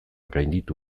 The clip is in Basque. gainditu